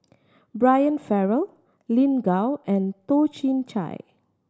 Brian Farrell Lin Gao and Toh Chin Chye